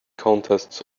contests